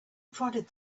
prodded